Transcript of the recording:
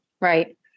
right